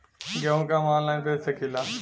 गेहूँ के हम ऑनलाइन बेंच सकी ला?